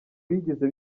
bigeze